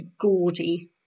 gaudy